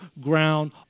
ground